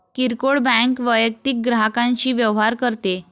किरकोळ बँक वैयक्तिक ग्राहकांशी व्यवहार करते